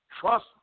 trust